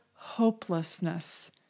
hopelessness